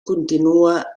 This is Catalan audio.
continua